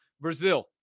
Brazil